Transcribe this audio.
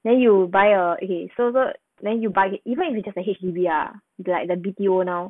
then you buy okay so so then you buy even if it's just a H_D_B ah like the B_T_O now